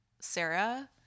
sarah